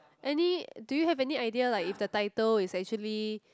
any do you have any idea like if the title is actually